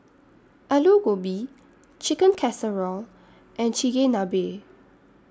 Alu Gobi Chicken Casserole and Chigenabe